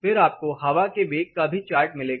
फिर आपको हवा का वेग का भी चार्ट मिलेगा